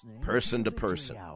person-to-person